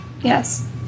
Yes